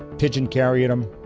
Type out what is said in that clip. pigeon carried him,